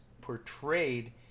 portrayed